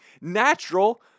natural